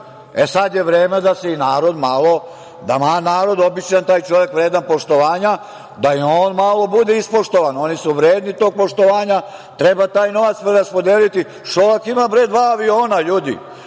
je vreme da se i narod malo, da narod, taj čovek običan, vredan poštovanja, da i on malo bude ispoštovan. Oni su vredni tog poštovanja, treba taj novac raspodeliti. Šolak ima, bre, dva aviona, ljudi.